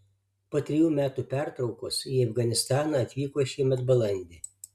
po trejų metų pertraukos jie į afganistaną atvyko šiemet balandį